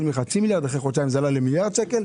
רשות המסים,